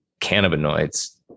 cannabinoids